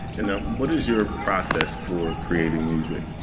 and now, what is your process for creating music?